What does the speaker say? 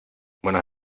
buenas